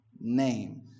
name